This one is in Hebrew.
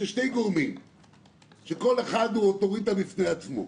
של שני גורמים שכל אחד הוא אוטוריטה בפני עצמה.